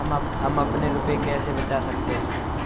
हम अपने रुपये कैसे बचा सकते हैं?